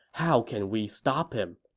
how can we stop him?